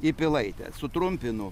į pilaitę sutrumpinu